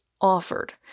offered